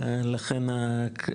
כמקובל.